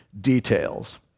details